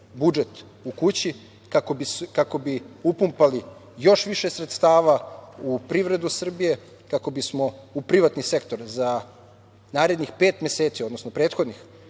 budžet u kući, kako bi upumpali još više sredstava u privredu Srbije, kako bismo u privatni sektor za narednih pet meseci, odnosno prethodnih,